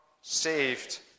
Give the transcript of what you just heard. saved